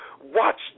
watch